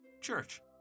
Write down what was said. church